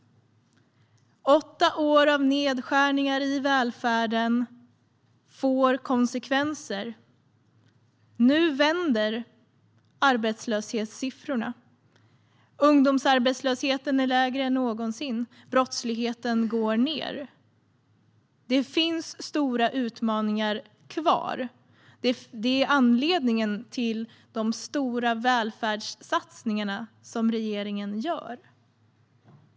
Åtta år av nedskärningar i välfärden får konsekvenser. Nu vänder arbetslöshetssiffrorna. Ungdomsarbetslösheten är lägre än någonsin, och brottsligheten sjunker. Det finns stora utmaningar kvar, och det är anledningen till de stora välfärdssatsningarna som regeringen gör.